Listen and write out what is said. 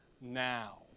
now